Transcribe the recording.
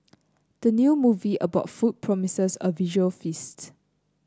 the new movie about food promises a visual feast